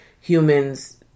humans